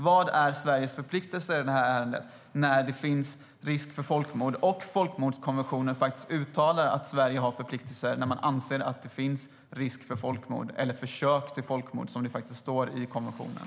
Vilka är Sveriges förpliktelser i det här ärendet, när det finns risk för folkmord och folkmordskonventionen faktiskt uttalar att Sverige har förpliktelser när man anser att det finns risk för folkmord eller försök till folkmord, som det står i konventionen?